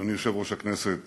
אדוני יושב-ראש הכנסת